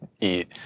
eat—